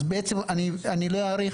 אז בעצם אני לא אאריך.